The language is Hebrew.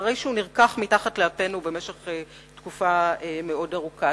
אחרי שנרקח מתחת לאפנו במשך תקופה מאוד ארוכה.